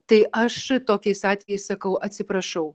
tai aš tokiais atvejais sakau atsiprašau